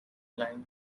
lan